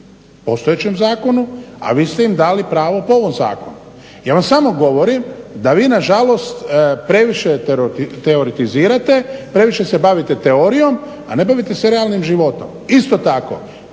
postojećem zakonu, a vi ste im dali pravo po ovom zakonu. Ja vam samo govorim da vi nažalost previše teoretizirate, previše se bavite teorijom a ne bavite se realnim životom. Isto tako